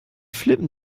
flippen